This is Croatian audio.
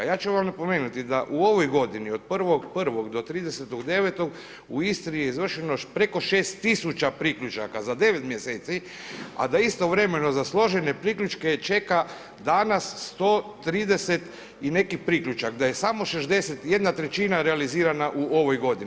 Ja ću vam napomenuti da u ovoj godini od 1.1. do 30.9. u Istri je izvršeno preko 6 000 priključaka za 9 mjeseci, a da istovremeno za složene priključke čeka danas 130 i neki priključak, da je samo 61 trećina realizirana u ovoj godini.